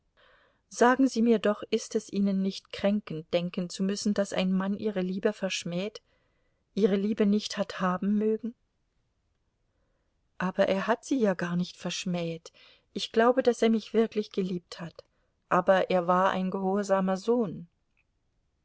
sagen sie mir doch ist es ihnen nicht kränkend denken zu müssen daß ein mann ihre liebe verschmäht hat ihre liebe nicht hat haben mögen aber er hat sie ja gar nicht verschmäht ich glaube daß er mich wirklich geliebt hat aber er war ein gehorsamer sohn